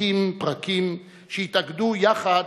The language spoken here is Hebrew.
פרקים פרקים שיתאגדו יחד